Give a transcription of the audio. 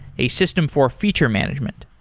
a system for feature management.